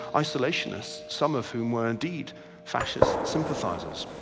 isolationists, some of whom were indeed fascist sympathisers.